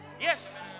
Yes